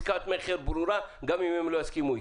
עסקת מכר ברורה גם אם הם לא יסכימו איתי.